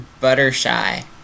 Buttershy